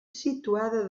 situada